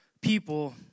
people